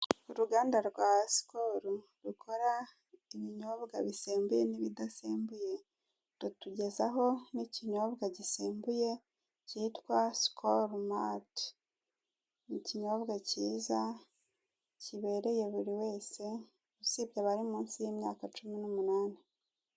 Uruganda rwa sikolo rukora ibinyobwa bisembuye n'ibidasembuye, rutugezaho n'ikinyobwa gisembuye kitwa sikolo mariti. Ni ikinyobwa kiza kibereye buri wese usibye abara munsi y'imyaka cumi n'umunani.